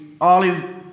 olive